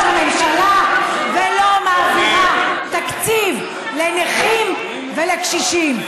ממשלה ולא מעבירה תקציב לנכים ולקשישים.